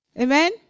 Amen